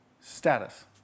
status